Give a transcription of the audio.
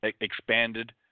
expanded